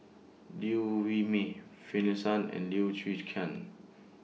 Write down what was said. Liew Wee Mee Finlayson and Lim Chwee Chian